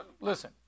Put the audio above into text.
listen